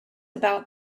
about